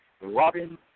Robin